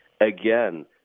again